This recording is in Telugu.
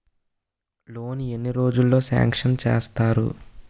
లోన్ ఎన్ని రోజుల్లో సాంక్షన్ చేస్తారు?